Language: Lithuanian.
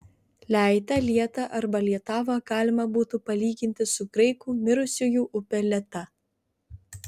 leitą lietą arba lietavą galima būtų palyginti su graikų mirusiųjų upe leta